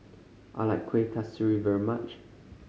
I like Kuih Kasturi very much